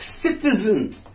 citizens